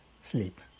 sleep